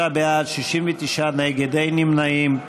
43 בעד, 69 נגד, אין נמנעים.